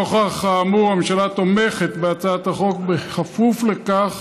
נוכח האמור, הממשלה תומכת בהצעת החוק בכפוף לכך